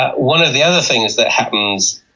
one of the other things that happens